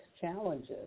challenges